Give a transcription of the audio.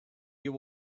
you